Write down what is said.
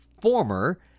former